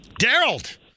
Daryl